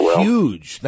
huge